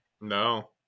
No